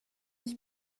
ich